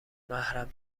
محرم